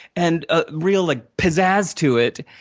and a real like pizzazz to it,